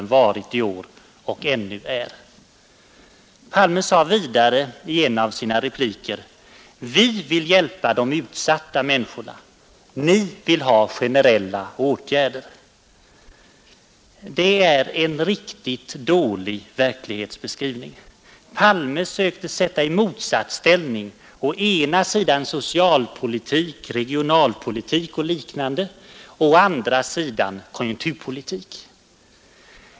Det är en riktigt dålig verklighetsbeskrivning. Herr Palme söker sätta i motsatsställning å ena sidan socialpolitik, regionalpolitik och liknande, och å andra sidan konjunkturpolitik.